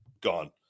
gone